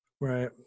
right